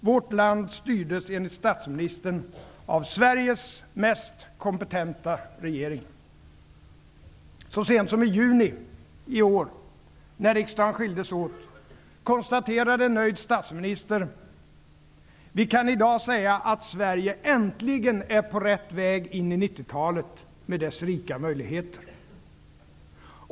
Vårt land styrdes, enligt statsministern, av Sveriges mest kompetenta regering. Så sent som i juni i år, när riksdagen skiljdes åt, konstaterade en nöjd statsminister: ''Vi kan i dag säga att Sverige äntligen är på rätt väg in i 90-talet med dess rika möjligheter.''